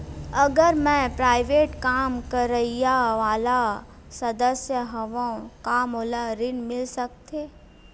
अगर मैं प्राइवेट काम करइया वाला सदस्य हावव का मोला ऋण मिल सकथे?